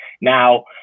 Now